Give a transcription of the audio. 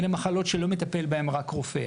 אלה מחלות שלא מטפל בהן רק רופא.